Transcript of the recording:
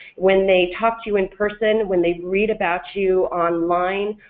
when they talk to you in person, when they read about you online,